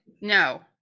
No